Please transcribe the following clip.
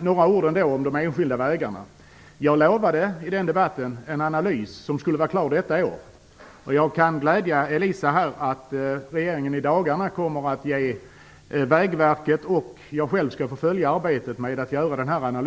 Några ord vill jag säga om de enskilda vägarna. Jag lovade i en tidigare debatt i detta ämne en analys som skulle vara klar i år. Jag kan glädja Elisa Abascal Reyes med att regeringen i dagarna kommer att ge Vägverket i uppdrag att göra den analys som skall vara färdig i år.